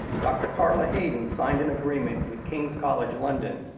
dr. carla hayden signed an agreement with king's college london